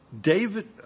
David